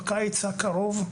בקיץ הקרוב,